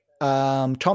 Tom